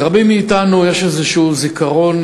לרבים מאתנו יש איזשהו זיכרון,